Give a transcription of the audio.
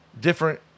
different